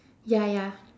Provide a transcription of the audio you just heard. ya ya